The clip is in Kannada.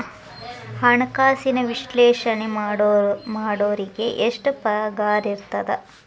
ಹಣ್ಕಾಸಿನ ವಿಶ್ಲೇಷಣೆ ಮಾಡೋರಿಗೆ ಎಷ್ಟ್ ಪಗಾರಿರ್ತದ?